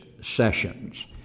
sessions